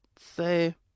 say